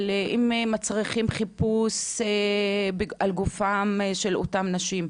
למשל אם מצריכים חיפוש על גופן של אותן נשים,